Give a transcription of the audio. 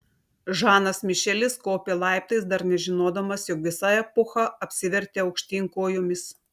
žanas mišelis kopė laiptais dar nežinodamas jog visa epocha apsivertė aukštyn kojomis